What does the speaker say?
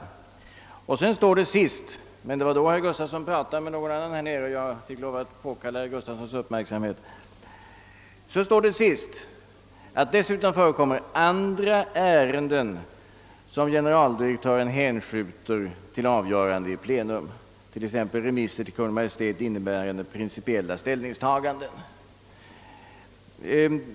Sist under den punkten — när jag läste upp det avsnittet pratade herr Gustafsson emellertid med andra ledamöter i kammaren, och jag fick lov att påkalla hans uppmärksamhet — står det: Dessutom förekommer andra ärenden som generaldirektören hänskjuter till avgörande i plenum, t.ex. remisser till Kungl.